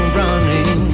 running